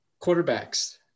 quarterbacks